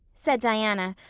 said diana,